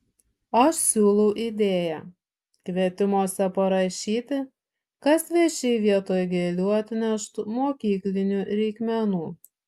aš siūlau idėją kvietimuose parašyti kad svečiai vietoj gėlių atneštų mokyklinių reikmenų